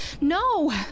No